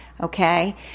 okay